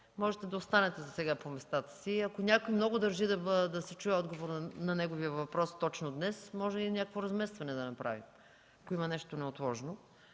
можете да останете засега по местата си. Ако някой много държи да чуе отговора на неговия въпрос точно днес, може и някакво разместване да направим, ако има нещо неотложно.